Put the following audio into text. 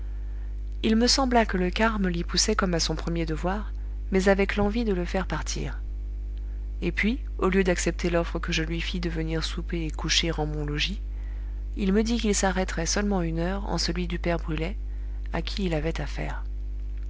il me sembla que le carme l'y poussait comme à son premier devoir mais avec l'envie de le faire partir et puis au lieu d'accepter l'offre que je lui fis de venir souper et coucher en mon logis il me dit qu'il s'arrêterait seulement une heure en celui du père brulet à qui il avait affaire